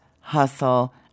Hustle